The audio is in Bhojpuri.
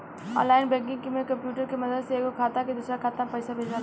ऑनलाइन बैंकिंग में कंप्यूटर के मदद से एगो खाता से दोसरा खाता में पइसा भेजाला